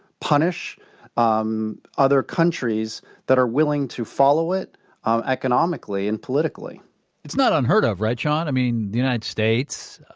punish um other countries that are willing to follow it um economically and politically it's not unheard of right, shaun? i mean, the united states,